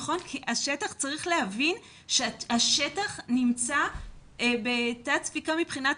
צריך להבין שהשטח נמצא בתת ספיקה מבחינת